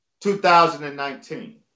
2019